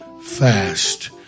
fast